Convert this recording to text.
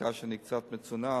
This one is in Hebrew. סליחה שאני קצת מצונן,